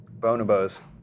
Bonobos